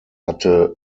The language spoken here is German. hatte